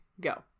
go